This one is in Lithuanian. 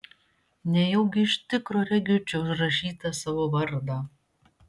nejaugi iš tikro regiu čia užrašytą savo vardą